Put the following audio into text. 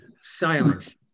silence